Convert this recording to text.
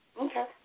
Okay